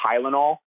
Tylenol